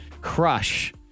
crush